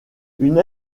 une